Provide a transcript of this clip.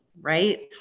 right